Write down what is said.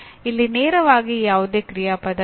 ಇಲ್ಲಿ ನೇರವಾಗಿ ಯಾವುದೇ ಕ್ರಿಯಾಪದ ಇಲ್ಲ